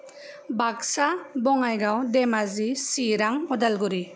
Baksa Bongaigaon Dhemaji Chirang Udalguri